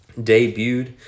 debuted